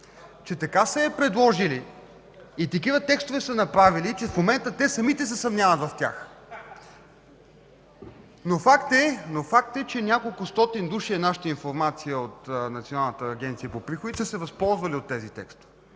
че така са я предложили и такива текстове са направили, че в момента те самите се съмняват в тях. Факт е, че неколкостотин души – такава е нашата информация от Националната агенция за приходите, са се възползвали от тези текстове.